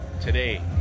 today